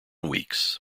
weeks